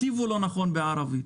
הכתיב לא נכון בערבית.